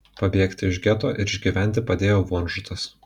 pabėgti iš geto ir išgyventi padėjo vonžutas